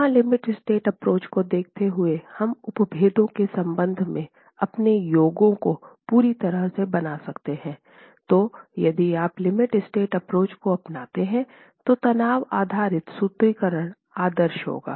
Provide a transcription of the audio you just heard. यहाँ limit state approach को देखते हुए हम उपभेदों के संबंध में अपने योगों को पूरी तरह से बना सकते हैं तो यदि आप लिमिट स्टेट एप्रोच को अपनाते हैं तो तनाव आधारित सूत्रीकरण आदर्श होगा